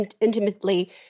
intimately